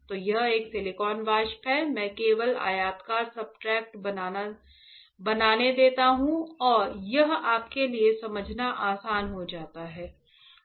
तो यह एक सिलिकॉन वाष्प है मैं केवल आयताकार सब्सट्रेट बनाने देता हूँ यह आपके लिए समझना आसान हो जाता है